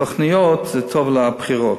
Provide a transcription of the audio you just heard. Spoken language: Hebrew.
תוכניות זה טוב לבחירות.